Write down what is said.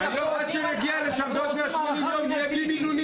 עד שנגיע לשם בעוד 180 יום נהיה בלי מינונים.